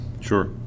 Sure